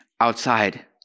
outside